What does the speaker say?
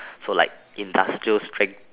so like industrial strength